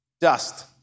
dust